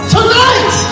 Tonight